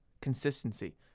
consistency